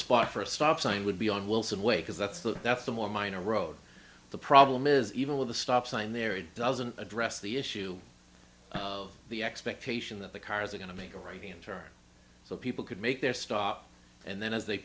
spot for a stop sign would be on wilson way because that's the that's the more minor road the problem is even with the stop sign there it doesn't address the issue of the expectation that the cars are going to make a right hand turn so people could make their stop and then as they